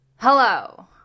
hello